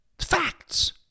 Facts